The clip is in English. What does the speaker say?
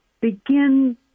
begin